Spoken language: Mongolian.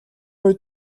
үед